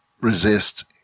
resist